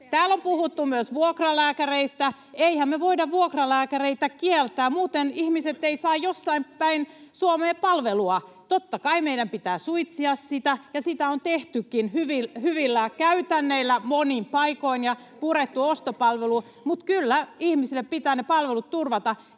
Täällä on puhuttu myös vuokralääkäreistä. Eihän me voida vuokralääkäreitä kieltää, [Keskustan ryhmästä: Voittehan!] muuten ihmiset eivät saa jossain päin Suomea palvelua. Totta kai meidän pitää suitsia sitä, ja sitä on tehtykin [Krista Kiurun välihuuto] hyvillä käytännöillä monin paikoin ja purettu ostopalvelua, mutta kyllä ihmisille pitää ne palvelut turvata.